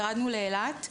ירדנו לאילת,